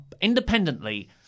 independently